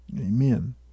Amen